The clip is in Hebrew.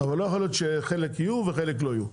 אבל לא יכול להיות שחלק יהיו וחלק לא יהיו,